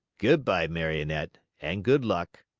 good-by, marionette, and good luck.